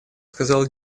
сказал